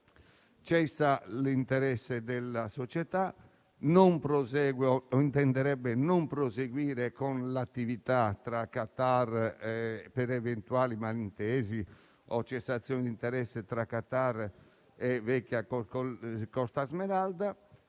cessa l'interesse della società, che intenderebbe non proseguire con l'attività, per eventuali malintesi o cessazione di interesse tra Qatar e il consorzio Costa Smeralda